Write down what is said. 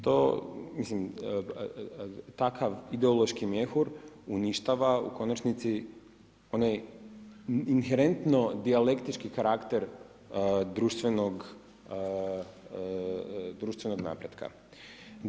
Takav ideološki mjehur uništava u konačnici onaj inherentno dijalektički karakter društvenog napretka.